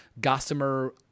gossamer